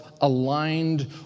aligned